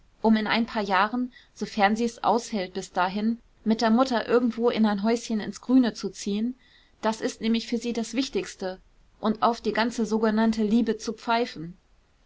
um in ein paar jahren sofern sie's aus hält bis dahin mit der mutter irgendwo in ein häuschen ins grüne zu ziehen das ist nämlich für sie das wichtigste und auf die ganze sogenannte liebe zu pfeifen